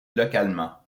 localement